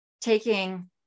taking